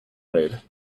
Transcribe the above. raid